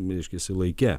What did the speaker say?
reiškiasi laike